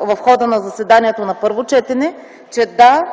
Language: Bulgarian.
в хода на заседанието на първо четене, че, да,